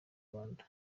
rwanda